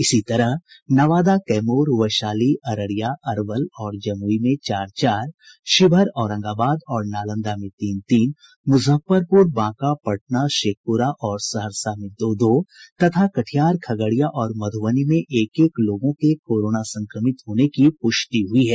इसी तरह नवादा कैमूर वैशाली अररिया अरवल और जमुई में चार चार शिवहर औरंगाबाद और नालंदा में तीन तीन मुजफ्फरपुर बांका पटना शेखपुरा और सहरसा में दो दो तथा कटिहार खगड़िया और मधुबनी में एक एक लोगों के कोरोना संक्रमित होने की पुष्टि हुई है